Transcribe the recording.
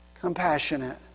compassionate